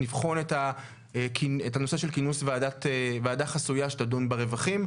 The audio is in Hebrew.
נבחן את הנושא של כינוס ועדה חסויה שתדון ברווחים.